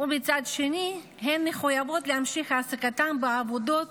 ומצד שני הן מחויבות להמשיך העסקתן בעבודות